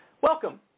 welcome